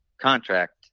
contract